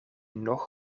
nog